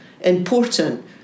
important